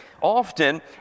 often